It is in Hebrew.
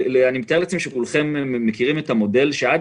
אני מתאר לעצמי שכולכם מכירים את המודל שעד